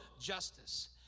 justice